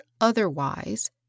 otherwise